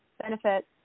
benefits